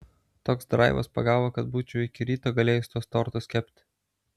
toks draivas pagavo kad būčiau iki ryto galėjus tuos tortus kepti